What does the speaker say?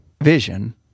vision